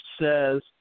says